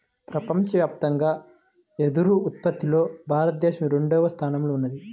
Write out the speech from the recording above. ప్రపంచవ్యాప్తంగా వెదురు ఉత్పత్తిలో భారతదేశం రెండవ స్థానంలో ఉన్నది